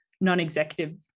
non-executive